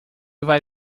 vai